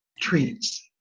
treats